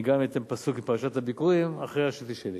אני גם אתן פסוק מפרשת הביכורים אחרי שתשאלי.